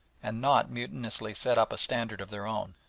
and not mutinously set up a standard of their own.